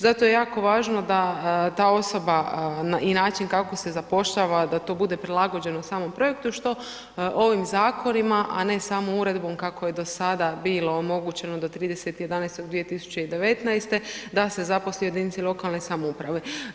Zato je jako važno da ta osoba i način kako se zapošljava da to bude prilagođeno samom projektu što ovim zakonima, a ne samo uredbom kako je do sada bilo omogućeno da 30.11.2019. da se zaposli u jedinici lokalne samouprave.